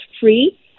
free